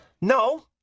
No